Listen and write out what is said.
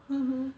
mmhmm